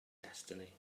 destiny